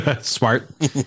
Smart